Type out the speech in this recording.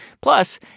Plus